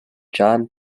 john